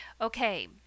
Okay